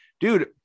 Dude